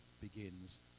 begins